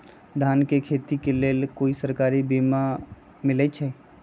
धान के खेती के लेल कोइ सरकारी बीमा मलैछई?